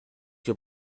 your